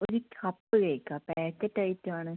ഒരു കപ്പ് കേക്കാണ് പാക്കറ്റ് അയിറ്റമാണ്